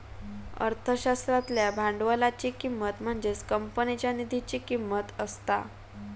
अर्थशास्त्रातल्या भांडवलाची किंमत म्हणजेच कंपनीच्या निधीची किंमत असता